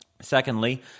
Secondly